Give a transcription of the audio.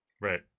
Right